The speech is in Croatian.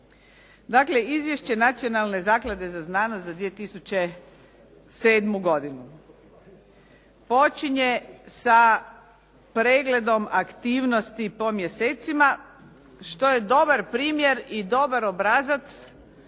Dakle, Izvješće Nacionalne zaklade za znanost za 2007. godinu počinje sa pregledom aktivnosti po mjesecima, što je dobar primjer i dobar obrazac